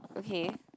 okay